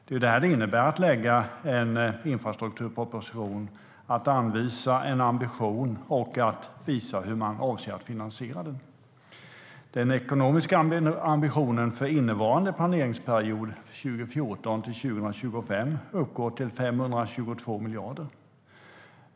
Det är vad det innebär att lägga fram en infrastrukturproposition, det vill säga att anvisa en ambition och visa hur man avser att finansiera den. Den ekonomiska ambitionen för innevarande planeringsperiod, 2014-2025, uppgår till 522 miljarder.